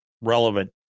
relevant